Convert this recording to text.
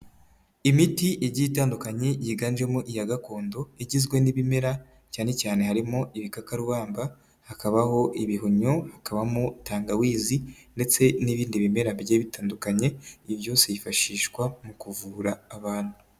Imiti igiye itandukanye ,yiganjemo iya gakondo igizwe n'ibimera cyane cyane harimo ibikakarubamba, hakabaho ibihumyo, hakabamo tangawizi ndetse n'ibindi bimera bigiye bitandukanye ibyo byose byifashishwa mu kuvura abantu.